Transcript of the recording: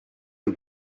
you